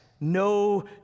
no